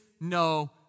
no